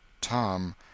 tom